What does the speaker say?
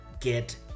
get